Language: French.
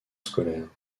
scolaire